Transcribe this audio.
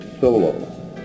solo